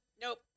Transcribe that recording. nope